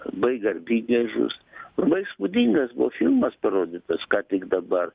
labai garbingai žus labai įspūdingas buvo filmas parodytas ką tik dabar